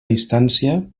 distància